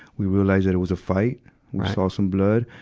we realized that it was a fight. we saw some blood.